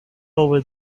over